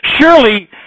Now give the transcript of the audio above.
Surely